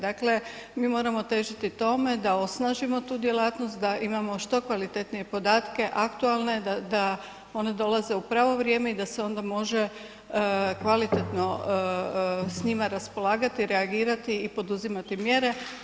Dakle, mi moramo težiti tome da osnažimo tu djelatnost da imamo što kvalitetnije podatke, aktualne, da one dolaze u pravo vrijeme i da se onda može kvalitetno s njima raspolagati, reagirati i poduzimati mjere.